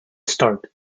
start